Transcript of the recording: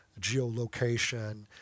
geolocation